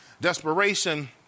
Desperation